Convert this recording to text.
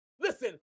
Listen